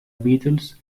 beatles